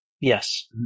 Yes